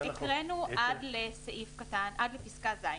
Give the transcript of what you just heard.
הקראנו עד לפסקה (ז).